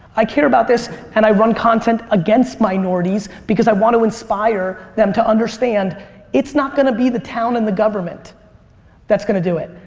i care about this and i run content against minorities because i want to inspire them to understand it's not going to be the town and the government that's gonna do it.